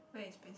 very expensive